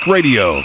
Radio